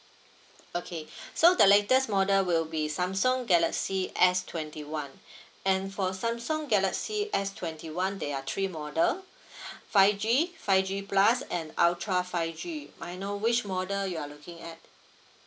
okay so the latest model will be samsung galaxy S twenty one and for samsung galaxy S twenty one there are three model five G five G plus and ultra five G may I know which model you are looking at